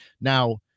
Now